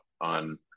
on